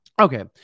Okay